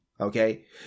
Okay